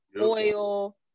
oil